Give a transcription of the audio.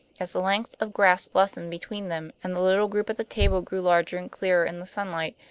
as the lengths of grass lessened between them, and the little group at the table grew larger and clearer in the sunlight,